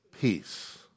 peace